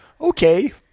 okay